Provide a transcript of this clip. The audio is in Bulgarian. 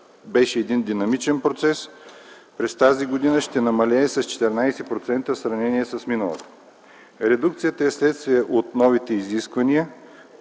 беше динамичен процес, през тази година ще намалее с 14% в сравнение с миналата година. Редукцията е следствие от новите изисквания,